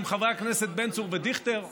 חברי הכנסת בן צור ודיכטר מהקואליציה,